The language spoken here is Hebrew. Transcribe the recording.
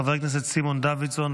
חבר הכנסת סימון דוידסון,